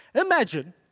Imagine